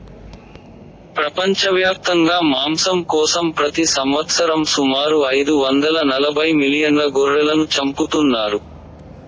ప్రపంచవ్యాప్తంగా మాంసం కోసం ప్రతి సంవత్సరం సుమారు ఐదు వందల నలబై మిలియన్ల గొర్రెలను చంపుతున్నారు